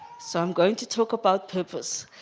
so i'm going to talk about people's